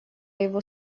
его